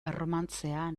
erromantzea